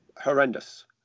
Horrendous